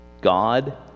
God